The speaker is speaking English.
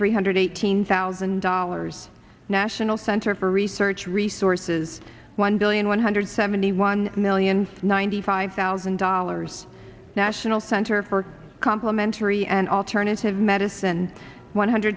three hundred eighteen thousand dollars national center for research resources one billion one hundred seventy one million ninety five thousand dollars national center for complimentary and alternative medicine one hundred